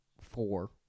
four